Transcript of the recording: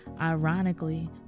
Ironically